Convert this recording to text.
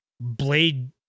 blade